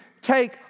take